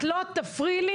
את לא תפריעי לי,